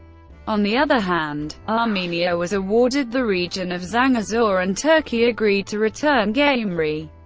on the other hand, armenia was awarded the region of zangezur and turkey agreed to return gyumri.